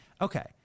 Okay